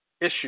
issue